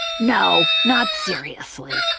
no, not seriously.